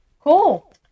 Cool